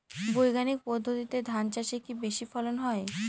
বৈজ্ঞানিক পদ্ধতিতে ধান চাষে কি বেশী ফলন হয়?